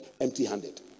empty-handed